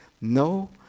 No